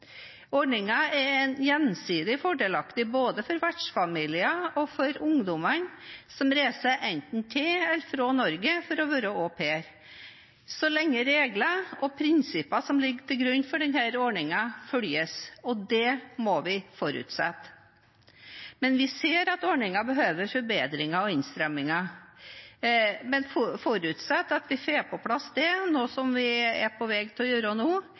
er gjensidig fordelaktig både for vertsfamiliene og for ungdommene som reiser enten til eller fra Norge for å være au pair, så lenge regler og prinsipper som ligger til grunn for denne ordningen, følges, og det må vi forutsette. Vi ser at ordningen behøver forbedringer og innstramminger, men forutsatt at vi får på plass det, noe vi er på vei til å gjøre